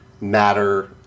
matter